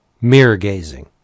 mirror-gazing